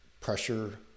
pressure